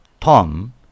Tom